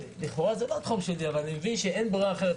לכאורה זה לא התחום שלי אבל אני מבין שאין ברירה אחרת.